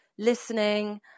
listening